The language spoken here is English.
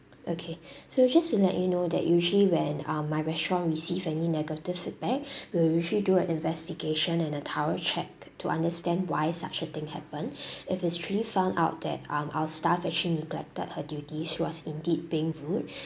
okay so just to let you know that usually when um my restaurant receive any negative feedback we'll usually do an investigation and a thorough check to understand why such a thing happen if it's truly found out that um our staff actually neglected her duties she was indeed being rude